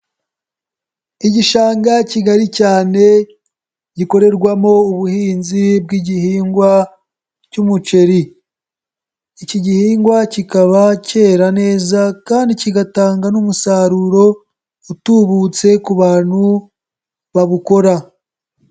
Igishanga kigari cyane gikorerwamo ubuhinzi bw'igihingwa cy'umuceri, iki gihingwa kikaba kera neza kandi kigatanga n'umusaruro utubutse ku bantu babukora.